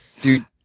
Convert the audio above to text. Dude